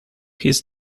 his